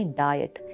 diet